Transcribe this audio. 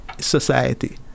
society